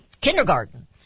kindergarten